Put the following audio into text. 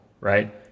Right